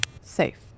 Safe